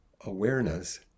awareness